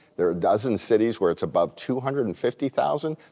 there are a dozen cities where it's above two hundred and fifty thousand.